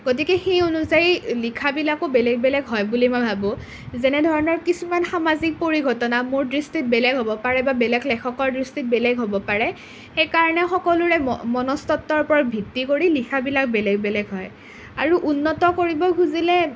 গতিকে সেই অনুযায়ী লিখাবিলাকো বেলেগ বেলেগ হয় বুলি মই ভাবোঁ যেনেধৰণৰ কিছুমান সামাজিক পৰিঘটনা মোৰ দৃষ্টিত বেলেগ হ'ব পাৰে বা বেলেগ লেখকৰ দৃষ্টিত বেলেগ হ'ব পাৰে সেইকাৰণে সকলোৰে মনস্তত্ত্বৰ ওপৰত ভিত্তি কৰি লিখাবিলাক বেলেগ বেলেগ হয় আৰু উন্নত কৰিব খুজিলে